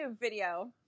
video